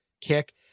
kick